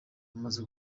amaze